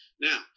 Now